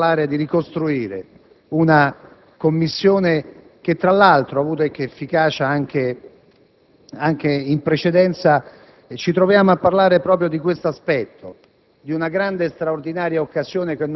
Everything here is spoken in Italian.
ci troviamo oggi a parlare di ricostituire una Commissione che, tra l'altro, ha avuto efficacia anche in precedenza, ci troviamo a trattare proprio questo aspetto;